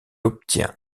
obtient